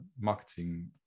marketing